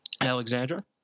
Alexandra